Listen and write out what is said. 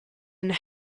and